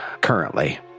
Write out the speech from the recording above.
currently